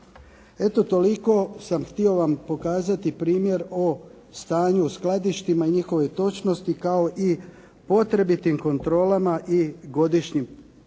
Eto toliko sam vam htio pokazati primjer o stanju u skladištima i njihovoj točnosti, kao i potrebitim kontrolama i godišnjim popisima.